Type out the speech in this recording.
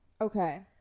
Okay